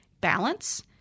balance